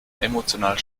emotional